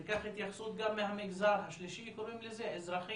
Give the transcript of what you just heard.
אנחנו גם ניקח התייחסות מהמגזר השלישי האזרחי,